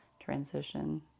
Transition